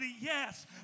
yes